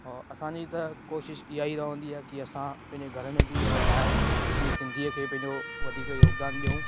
अ असांजी त कोशिशि ईअं ई रहंदी आहे की असां पंहिंजे घर में बि और ॿाहिरि में सिंधीअ खे पंहिंजो वधीक योगदानु ॾियूं